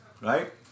right